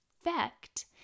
effect